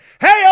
Hey